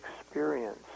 experience